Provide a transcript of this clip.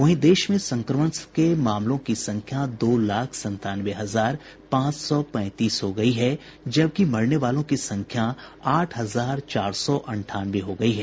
वहीं देश में संक्रमण के मामलों की संख्या दो लाख संतानवे हजार पांच सौ पैंतीस हो गई है जबकि मरने वालों की संख्या आठ हजार चार सौ अंठानवे हो गई है